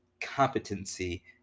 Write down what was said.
competency